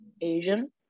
Asian